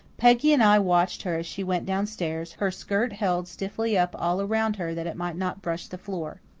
peggy and i watched her as she went downstairs, her skirt held stiffly up all around her that it might not brush the floor.